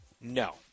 No